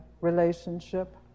relationship